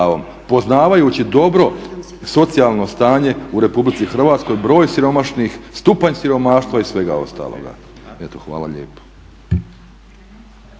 Poznavajući dobro socijalno stanje u Republici Hrvatskoj, broj siromašnih, stupanj siromaštva i svega ostaloga. Eto hvala lijepo.